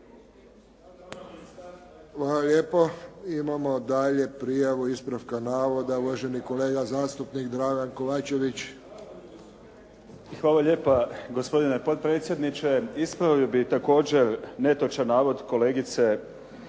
Hvala lijepo. Imamo dalje prijavu ispravka navoda. Uvaženi kolega zastupnik Dragan Kovačević. **Kovačević, Dragan (HDZ)** Hvala lijepa gospodine potpredsjedniče. Ispravio bih također netočan navod kolegice